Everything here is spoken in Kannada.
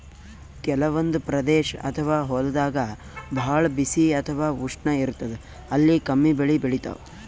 ಕೆಲವಂದ್ ಪ್ರದೇಶ್ ಅಥವಾ ಹೊಲ್ದಾಗ ಭಾಳ್ ಬಿಸಿ ಅಥವಾ ಉಷ್ಣ ಇರ್ತದ್ ಅಲ್ಲಿ ಕಮ್ಮಿ ಬೆಳಿ ಬೆಳಿತಾವ್